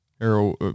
arrow